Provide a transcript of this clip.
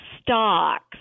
stocks